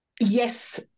Yes